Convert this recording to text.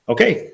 Okay